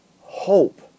hope